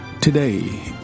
Today